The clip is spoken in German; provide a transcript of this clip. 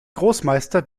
großmeister